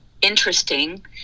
interesting